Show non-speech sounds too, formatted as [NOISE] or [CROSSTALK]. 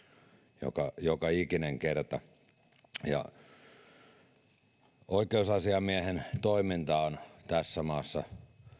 [UNINTELLIGIBLE] joka joka ikinen kerta oikeusasiamiehen toiminta on tässä maassa